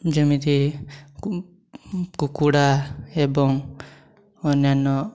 ଯେମିତି କୁକୁଡ଼ା ଏବଂ ଅନ୍ୟାନ୍ୟ